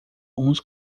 uns